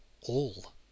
All